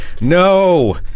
No